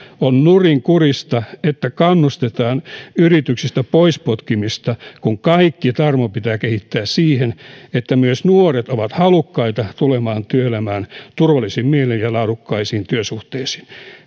on nurinkurista että kannustetaan yrityksistä pois potkimista kun kaikki tarmo pitää kehittää siihen että myös nuoret ovat halukkaita tulemaan työelämään turvallisin mielin ja laadukkaisiin työsuhteisiin